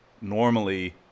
normally